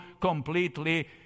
completely